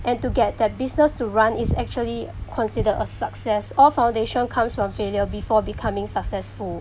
and to get their business to run is actually considered a success all foundation comes from failure before becoming successful